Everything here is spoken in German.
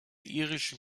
irischen